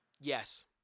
Yes